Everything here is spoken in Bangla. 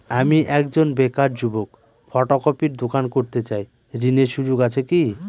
আমি একজন বেকার যুবক ফটোকপির দোকান করতে চাই ঋণের সুযোগ আছে কি?